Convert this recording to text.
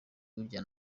burya